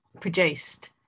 produced